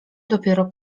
dopiero